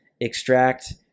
extract